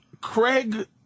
Craig